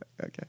okay